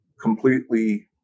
completely